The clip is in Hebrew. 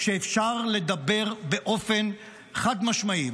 שאפשר לדבר באופן חד-משמעי,